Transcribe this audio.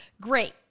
Great